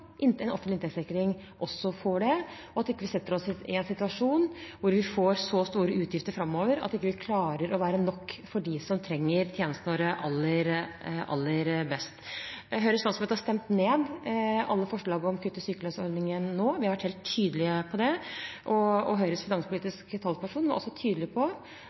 en offentlig inntektssikring, får den, og at vi ikke setter oss i en situasjon hvor vi får så store utgifter framover at vi ikke klarer å være nok for dem som trenger tjenestene våre aller mest. Høyres landsmøte har stemt ned alle forslagene om kutt i sykelønnsordningen nå. Vi har vært helt tydelig på det. Høyres finanspolitiske talsperson var også tydelig på